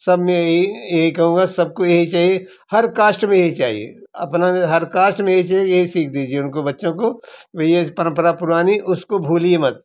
सब में यही यही कहूँगा सबको यही चाहिए हर कास्ट में यही चाहिए अपना हर कास्ट में यही चे यही सीख दीजिए उनको बच्चों को भाई ये परम्परा पुरानी उसको भूलिए मत